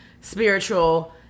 spiritual